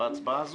בהצבעה הזו,